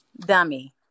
dummy